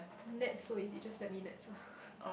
nets so easy just let me nets ah